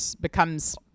becomes